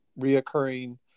reoccurring